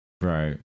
Right